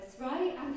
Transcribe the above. right